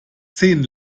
zehn